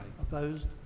Opposed